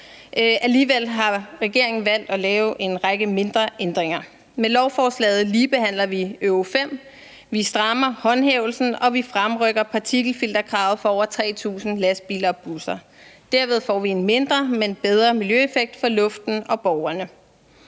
alligevel har regeringen valgt at lave en række mindre ændringer. Med lovforslaget ligebehandler vi Euro V, vi strammer håndhævelsen, og vi fremrykker partikelfilterkravet for over 3.000 lastbiler og busser. Derved får vi en mindre, men bedre miljøeffekt for luften og borgerne.